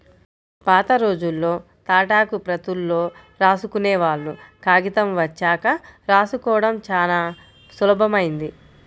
పాతరోజుల్లో తాటాకు ప్రతుల్లో రాసుకునేవాళ్ళు, కాగితం వచ్చాక రాసుకోడం చానా సులభమైంది